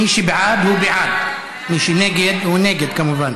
מי שבעד, הוא בעד, מי שנגד, הוא נגד, כמובן,